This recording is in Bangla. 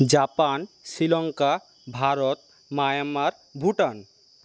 Japan Sri Lanka Bharat Myanmar Bhutan